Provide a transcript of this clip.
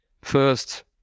first